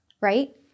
right